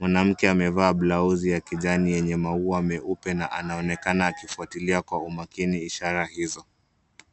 Mwanamke amevaa blausi ya kijani yenye maua meupe na anaonekana akifuatilia kwa makini ishara hizo.